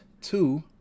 Two